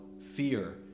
fear